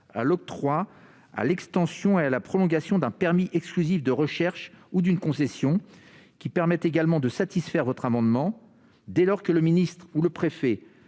à l'octroi, à l'extension et à la prolongation d'un permis exclusif de recherches ou d'une concession. Ce régime permet également de satisfaire votre amendement : dès lors que le ministre ou le préfet,